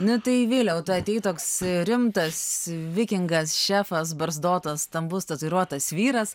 nu tai vyliau tu atėjai toks rimtas vikingas šefas barzdotas stambus tatuiruotas vyras